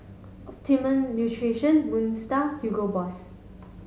Optimum Nutrition Moon Star Hugo Boss